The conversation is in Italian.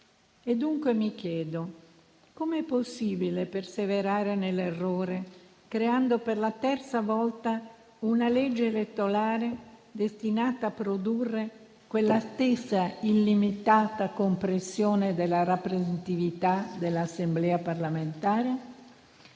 e dunque mi chiedo come è possibile perseverare nell'errore, creando per la terza volta una legge elettorale destinata a produrre quella stessa illimitata compressione della rappresentatività dell'Assemblea parlamentare.